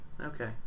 Okay